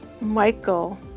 Michael